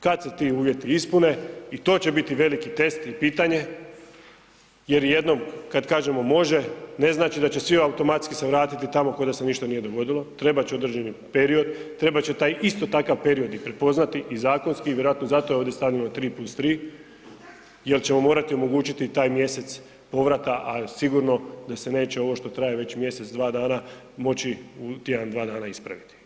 Kad se ti uvjeti ispune i to će bit veliki test i pitanje, jer jednom kad kažemo može, ne znači da će svi automatski se vratiti tamo kao da se ništa nije dogodilo, trebat će određeni period, trebat će taj isto takav period i prepoznati i zakonski i vjerojatno zato je ovdje stavljeno 3+3 jer ćemo morati omogućiti taj mjesec povrata, a sigurno da se neće ovo što traje već mjesec, dva dana moći u tjedan, dva dana ispraviti.